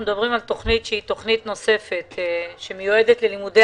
אנחנו מדברים על תכנית שהיא תכנית נוספת שמיועדת ללימודי